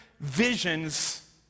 Visions